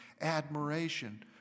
admiration